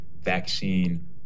vaccine